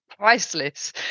priceless